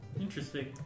Interesting